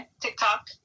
TikTok